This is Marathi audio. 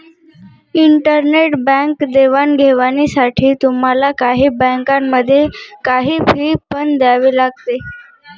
इंटरनेट बँक देवाणघेवाणीसाठी तुम्हाला काही बँकांमध्ये, काही फी पण द्यावी लागते